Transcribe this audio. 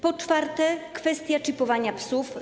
Po czwarte, kwestia czipowania psów.